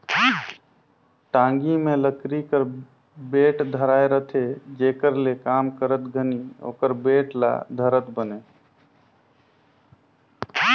टागी मे लकरी कर बेठ धराए रहथे जेकर ले काम करत घनी ओकर बेठ ल धरत बने